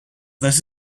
this